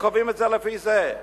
וקובעים את זה לפי זה.